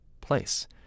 place